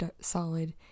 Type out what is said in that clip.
solid